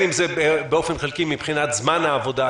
אם זה באופן חלקי מבחינת זמן העבודה,